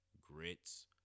Grits